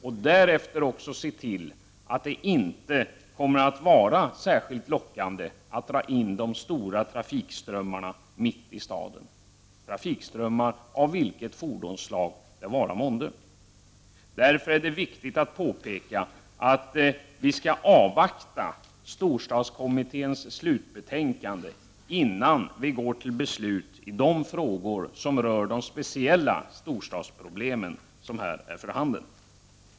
Sedan måste man se till att det inte är särskilt lockande att dra in stora trafikströmmar mitt i staden — vilken fordonstyp det än vara månde. Mot den bakgrunden är det viktigt att framhålla att vi skall avvakta storstadskommitténs slutbetänkande, innan vi går till beslut i de frågor som rör de speciella storstadsproblem som här är för handen.